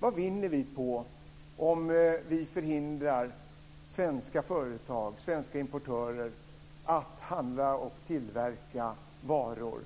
Vad vinner vi på att förhindra svenska företag eller svenska importörer att handla och tillverka varor?